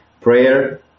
Prayer